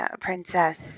Princess